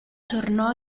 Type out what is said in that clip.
tornò